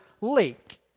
lake